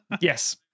Yes